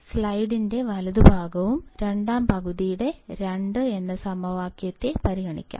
അതിനാൽ സ്ലൈഡിന്റെ വലതുഭാഗവും രണ്ടാം പകുതിയും 2 എന്ന സമവാക്യത്തെ പരിഗണിക്കാം